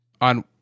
on